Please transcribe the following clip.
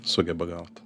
sugeba gauti